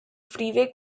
freeway